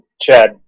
Chad